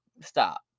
stop